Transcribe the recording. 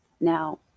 Now